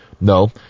No